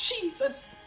Jesus